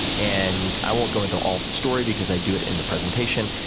and i won't go into all the story because i do it in the presentation,